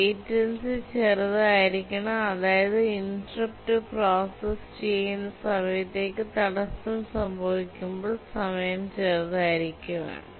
latency ചെറുത് ആയിരിക്കണം അതായത് ഇന്ററപ്റ്റ് പ്രോസസ്സ് ചെയ്യുന്ന സമയത്തേക്ക് തടസ്സം സംഭവിക്കുമ്പോൾ സമയം ചെറുതായിരിക്കുക വേണം